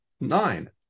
nine